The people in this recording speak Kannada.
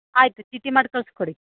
ಆಯ್ತು ಚೀಟಿ ಮಾಡಿ ಕಳಿಸ್ಕೊಡಿ